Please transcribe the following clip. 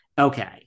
Okay